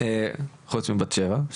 חוץ מבת שבע,